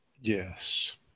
Yes